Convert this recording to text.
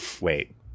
wait